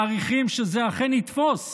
מעריכים שזה אכן יתפוס,